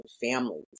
families